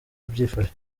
byifashe